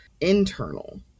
internal